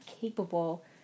capable